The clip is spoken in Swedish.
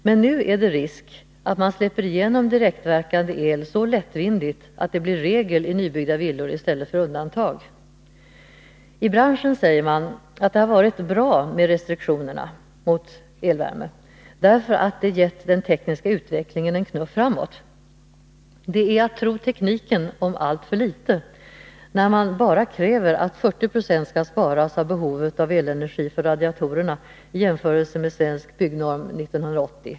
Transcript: Men nu är det risk att man släpper igenom direktverkande el så lättvindigt att det blir regel i nybyggda åtgärder inom I branschen säger man att det har varit bra med restriktionerna när det gäller elvärme, därför att det har gett den tekniska utvecklingen en knuff framåt. Det är att tro tekniken om alltför litet, när man bara kräver att det skall sparas 40 26 av behovet av elenergi för radiatorerna i jämförelse med Svensk byggnorm 1980.